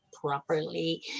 Properly